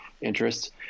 interests